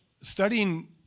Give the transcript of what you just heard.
studying